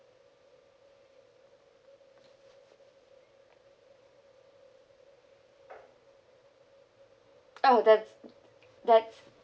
um that that